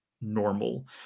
normal